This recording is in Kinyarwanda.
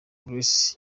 grace